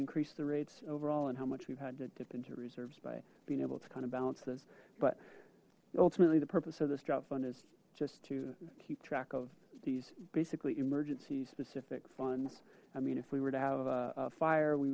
increase the rates overall and how much we've had to dip into reserves by being able to kind of balance this but ultimately the purpose of this drought fund is just to keep track of these basically emergency specific funds i mean if we were to have a fire we